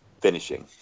finishing